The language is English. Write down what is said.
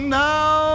now